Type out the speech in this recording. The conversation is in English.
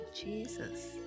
Jesus